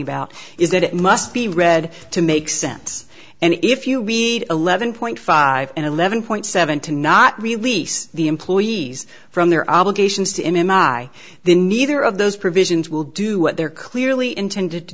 about is that it must be read to make sense and if you read eleven point five and eleven point seven to not release the employees from their obligations to my then neither of those provisions will do what they're clearly intended to